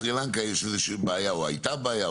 עם סרילנקה יש איזושהי בעיה או הייתה בעיה?